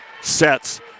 sets